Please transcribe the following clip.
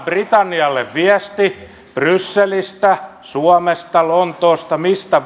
britannialle viesti brysselistä suomesta lontoosta mistä